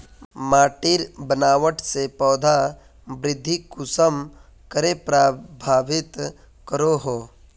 माटिर बनावट से पौधा वृद्धि कुसम करे प्रभावित करो हो?